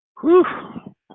whew